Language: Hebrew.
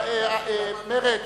מרצ,